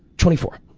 twenty four.